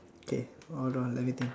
okay hold on let me think